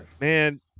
man